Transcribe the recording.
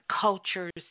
cultures